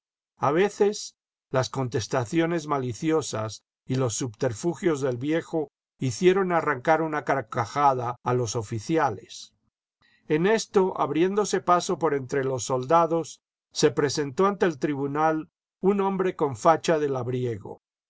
a veces las contestaciones maliciosas y los subterfugios del viejo hicieron arrancar una carcajada a los oficiales en esto abriéndose paso por entre los soldados se presentó ante el tribunal un hombre con facha de labriego